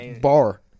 bar